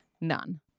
None